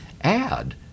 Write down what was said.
add